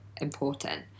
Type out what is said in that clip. important